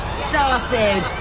started